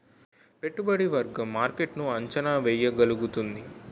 పెట్టుబడి వర్గం మార్కెట్ ను అంచనా వేయగలుగుతుంది